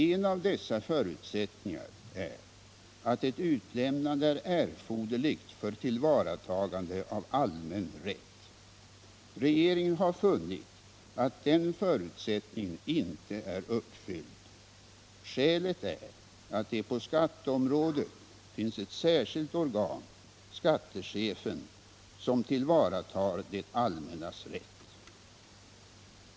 En av dessa förutsättningar är att ett utlämnande är erforderligt för tillvaratagande av allmän rätt. Regeringen har funnit att den förutsättningen inte är uppfylld. Skälet är att det på skatteområdet finns ett särskilt organ, skattechefen, som tillvaratar det allmännas rätt.